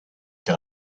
can